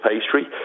pastry